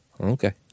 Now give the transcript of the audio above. Okay